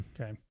Okay